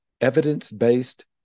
evidence-based